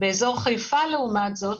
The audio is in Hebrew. באזור חיפה לעומת זאת,